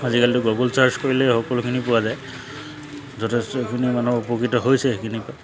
আজিকালিতো Google search কৰিলেই সকলোখিনি পোৱা যায় যথেষ্ট সেইখিনি মানুহ উপকৃত হৈছে সেইখিনিৰ পৰা